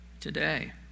today